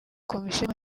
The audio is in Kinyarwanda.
komisiyo